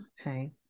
okay